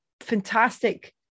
fantastic